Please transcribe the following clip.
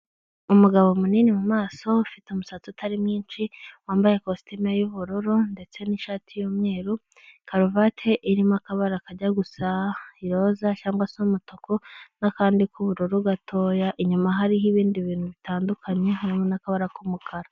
Umugabo munini mu maso ufite umusatsi utari mwinshi wambaye ikositimu y'ubururu ndetse n'ishati y'umweru karuvate irimo akabara kajya gusa iroza cyangwa se umutuku n'akandi k'ubururu gatoya inyuma hariho ibindi bintu bitandukanye harimo n'akabara k'umukara.